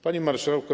Panie Marszałku!